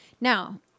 Now